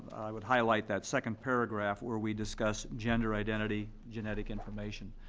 i would highlight that second paragraph, where we discuss gender identity, genetic information.